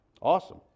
awesome